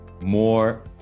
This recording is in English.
more